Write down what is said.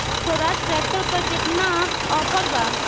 Swaraj tractor पर केतना offer बा?